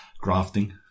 grafting